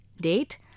Date